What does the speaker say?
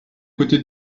côté